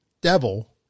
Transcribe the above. devil